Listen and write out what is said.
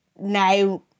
now